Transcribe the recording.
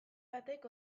batek